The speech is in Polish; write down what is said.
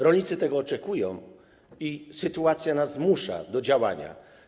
Rolnicy tego oczekują i sytuacja zmusza nas do działania.